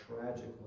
tragically